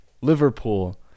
liverpool